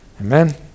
Amen